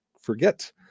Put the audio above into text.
forget